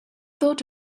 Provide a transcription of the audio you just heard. thought